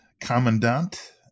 Commandant